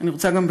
אני רוצה גם,